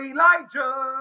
Elijah